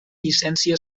llicència